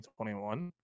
2021